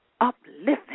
uplifting